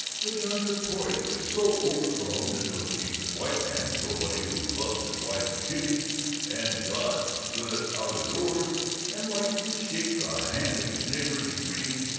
which are notoriously so overgrown that no decent white man, nobody who loves his wife and kiddies and god's good out-o'doors and likes to shake the hand of his neighbor in greeting,